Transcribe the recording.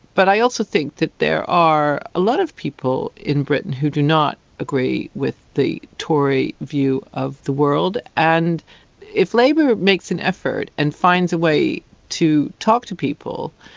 but i also think that there are a lot of people in britain who do not agree with the tory view of the world, and if labour makes an effort and finds a way to talk to people,